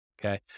Okay